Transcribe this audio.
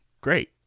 great